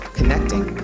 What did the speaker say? Connecting